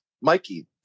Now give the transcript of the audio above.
Mikey